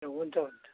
हुन्छ हुन्छ